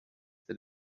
that